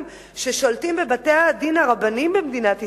ששולטים בבתי-הדין הרבניים במדינת ישראל,